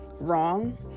wrong